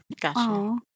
Gotcha